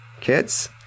kids